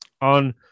on